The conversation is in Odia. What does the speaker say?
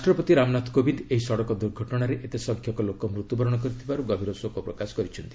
ରାଷ୍ଟ୍ରପତି ରାମନାଥ କୋବିନ୍ଦ ଏହି ସଡ଼କ ଦୁର୍ଘଟଣାରେ ଏତେ ସଂଖ୍ୟକ ଲୋକ ମୃତ୍ୟୁ ବରଣ କରିଥିବାରୁ ଗଭୀର ଶୋକ ପ୍ରକାଶ କରିଛନ୍ତି